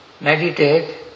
meditate